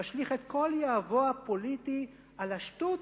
משליך את כל יהבו הפוליטי על השטות